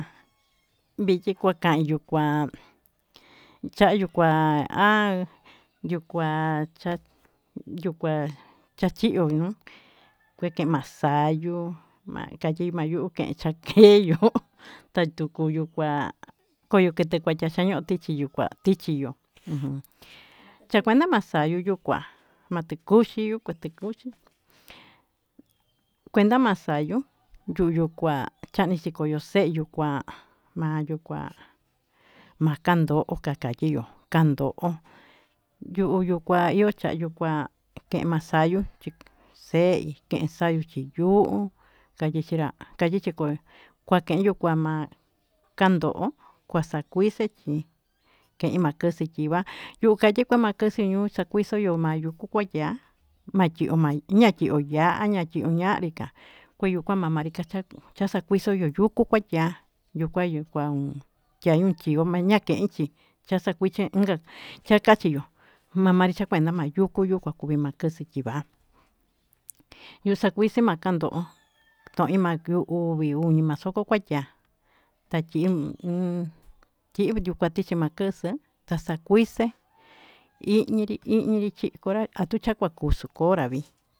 Vityi kuaka'i cha'an yukua aa yukua cha yukua chachiyo nu kue ke'en ma sayu katyi ma yu'u ke'en cha keyo ta tuku yukua koyo k+t+ kuatya chaño'o tichi yukua tichiyo cha kuenda ma sayu yukua ma t+kuxi yukua t+kuxi kuenda masayu yu'u yukua cha'i chi koyo se'i yukua ma yukua ma kando'o ka katyi kando'o yu'u yukua io cha'an yukua ke'en ma sayu chi se'i ke'en chiyu'u katyi chira katyi chi kora kua ke'i yukua ma kando'o kua sakuisechi ke'i ma k+s+ tyiva yu'u katyi kue ma k+s+ nu sakuisoyo ma yuku kuatya ma tyiyo ña tyiyo ya'a ña'rika kue mamari cha sakuisoyo yuku kuatya yukua yukua tyaichi +n chio ña keichi ta chakiche +ngaka chakachiyo mamari cha kuenda ma yuku yukua kuvi ma k+s+ tyiva yu'u sakuise ma kando'o tan'i +n uvi uñi ma soko kuatya ta tyi'i +n tyi tichi ma k+s+ ta sakuise i'ñiri chi'in kora a tu cahkua kusu koravi.